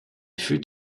fut